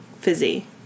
Fizzy